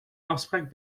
afspraak